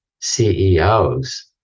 CEOs